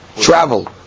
travel